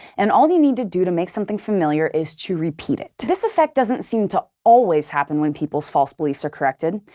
and all you need to do to make something familiar is to repeat it. this effect doesn't seem to always happen when people's false beliefs are corrected.